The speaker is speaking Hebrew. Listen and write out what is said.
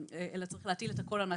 אלא צריך להטיל את הכול על המעסיקים.